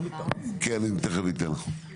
אני תכף אתן לך ולרן מלמד.